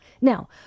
Now